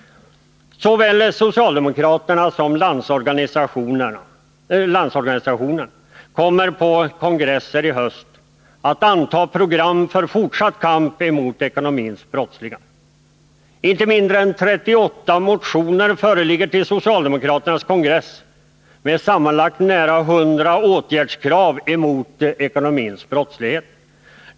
Såväl socialdemokraterna som Landsorganisationen kommer på kongresser i höst att anta program för fortsatt kamp mot ekonomins brottslingar. Inte mindre än 38 motioner föreligger till socialdemokraternas kongress med sammanlagt nära 100 åtgärdskrav mot den ekonomiska brottsligheten.